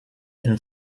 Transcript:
and